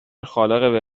خالق